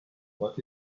what